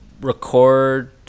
record